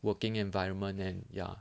working environment and ya